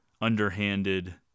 underhanded